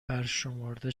برشمرده